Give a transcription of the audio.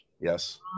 Yes